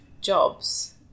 jobs